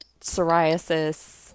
psoriasis